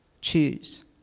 choose